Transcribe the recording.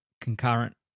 concurrent